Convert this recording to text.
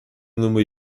nommé